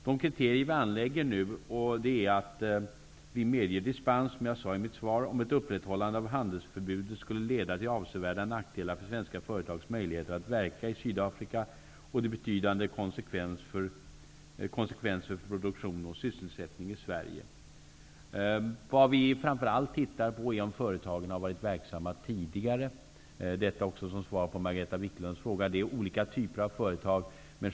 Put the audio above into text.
De kriterier vi nu har innebär, som jag sade i mitt svar, att vi medger dispens om ett upprätthållande av handelsförbud skulle leda till avsevärda nackdelar för svenska företags möjligheter att verka i Sydafrika och till betydande konsekvenser för produktion och sysselsättning i Vad vi framför allt tittar på är om företagen tidigare har varit verksamma i Sydafrika -- detta som svar på Margareta Viklunds fråga. Det är fråga om olika typer av företag.